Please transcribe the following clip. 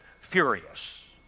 furious